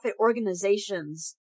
organizations